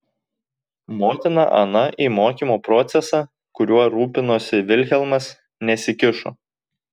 motina ana į mokymo procesą kuriuo rūpinosi vilhelmas nesikišo